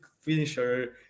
finisher